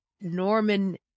norman